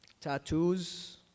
tattoos